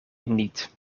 niet